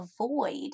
avoid